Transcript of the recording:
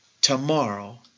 tomorrow